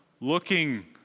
looking